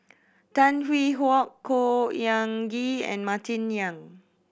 Tan Hwee Hock Khor Ean Ghee and Martin Yan